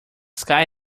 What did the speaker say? sky